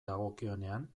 dagokionean